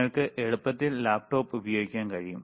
നിങ്ങൾക്ക് എളുപ്പത്തിൽ ലാപ്ടോപ്പ് ഉപയോഗിക്കാൻ കഴിയും